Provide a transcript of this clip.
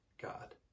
God